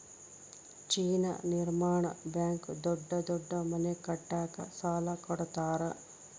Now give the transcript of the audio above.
China ನಿರ್ಮಾಣ bank ದೊಡ್ಡ ದೊಡ್ಡ ಮನೆ ಕಟ್ಟಕ ಸಾಲ ಕೋಡತರಾ